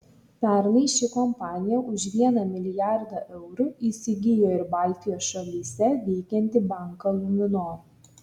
pernai ši kompanija už vieną milijardą eurų įsigijo ir baltijos šalyse veikiantį banką luminor